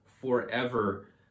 forever